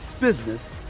business